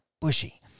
bushy